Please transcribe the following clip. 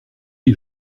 les